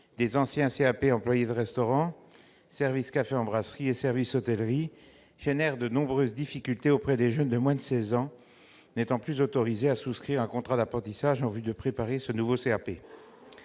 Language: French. des anciens CAP « Employés de restaurant »,« Service en café-brasserie » et « Service hôtelier », est source de nombreuses difficultés pour les jeunes de moins de 16 ans, qui ne sont plus autorisés à souscrire un contrat d'apprentissage en vue de préparer ce nouveau CAP.